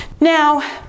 Now